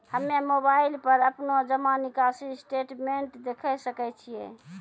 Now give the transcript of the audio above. हम्मय मोबाइल पर अपनो जमा निकासी स्टेटमेंट देखय सकय छियै?